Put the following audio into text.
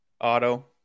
auto